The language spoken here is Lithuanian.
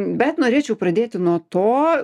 bet norėčiau pradėti nuo to